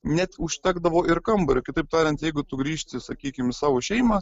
net užtekdavo ir kambario kitaip tariant jeigu tu grįžti sakykim į savo šeimą